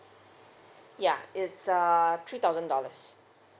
yeuh it's err three thousand dollars